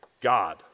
God